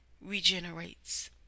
regenerates